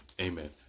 Amen